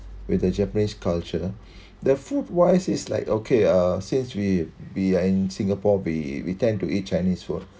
with the japanese culture the food wise is like okay uh since we we are in singapore we we tend to eat chinese food